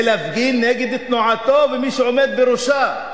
אלא כדי להפגין נגד תנועתו ומי שעומד בראשה,